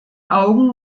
augen